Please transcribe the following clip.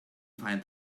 find